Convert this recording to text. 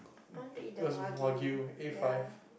I want to eat the Wagyu ya